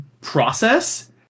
process